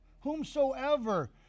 whomsoever